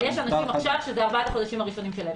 אבל יש עכשיו אנשים שזה ארבעת החודשים הראשונים שלהם.